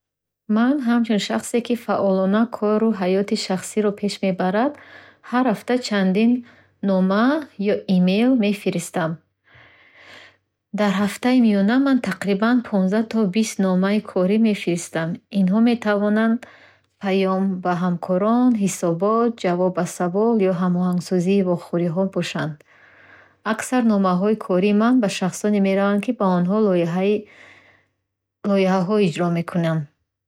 Ман ҳамчун шахсе, ки фаъолона кору ҳаёти шахсиро пеш мебарад, ҳар ҳафта чандин нома ё имейл мефиристам. Дар ҳафтаи миёна, ман тақрибан понздаҳ то то номаи корӣ мефиристам. Инҳо метавонанд паём ба ҳамкорон, ҳисобот, ҷавоб ба саволҳо, ё ҳамоҳангсозии вохӯриҳо бошанд. Аксар номаҳои кории ман ба шахсоне меравад, ки бо онҳо лоиҳаҳои лоиҳаҳо иҷро мекунам.